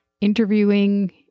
interviewing